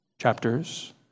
chapters